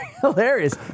Hilarious